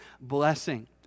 blessing